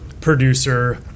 producer